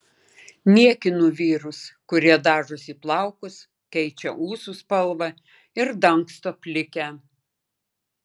niekinu vyrus kurie dažosi plaukus keičia ūsų spalvą ir dangsto plikę